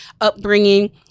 upbringing